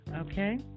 okay